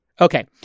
Okay